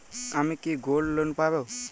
আমি কি gold loan পাবো?